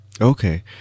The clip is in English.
Okay